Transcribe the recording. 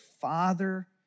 father